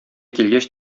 килгәч